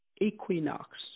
equinox